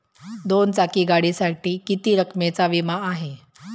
दोन चाकी गाडीसाठी किती रकमेचा विमा आहे?